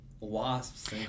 wasps